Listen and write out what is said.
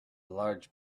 large